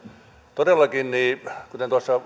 todellakin kuten tuossa